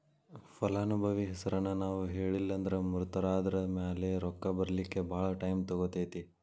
ಫಲಾನುಭವಿ ಹೆಸರನ್ನ ನಾವು ಹೇಳಿಲ್ಲನ್ದ್ರ ಮೃತರಾದ್ಮ್ಯಾಲೆ ರೊಕ್ಕ ಬರ್ಲಿಕ್ಕೆ ಭಾಳ್ ಟೈಮ್ ತಗೊತೇತಿ